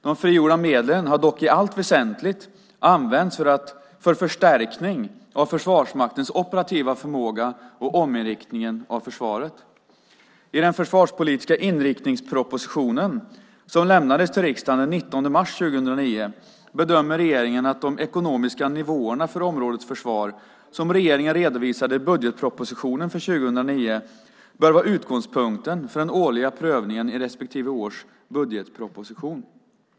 De frigjorda medlen har dock i allt väsentligt använts för förstärkning av Försvarsmaktens operativa förmåga och ominriktningen av försvaret. I den försvarspolitiska inriktningspropositionen som lämnades till riksdagen den 19 mars 2009 bedömer regeringen att de ekonomiska nivåerna för området försvar, som regeringen redovisade i budgetpropositionen för 2009, bör vara utgångspunkten för den årliga prövningen i respektive års budgetproposition.